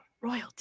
Royalty